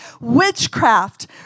Witchcraft